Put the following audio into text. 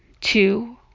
two